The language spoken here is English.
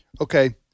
Okay